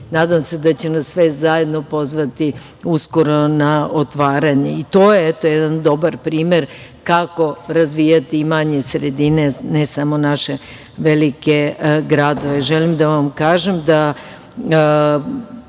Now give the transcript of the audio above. i nadam se da će nas sve zajedno pozvati uskoro na otvaranje. To je jedan dobar primer kako razvijati manje sredine, a ne samo naše velike gradove. Želim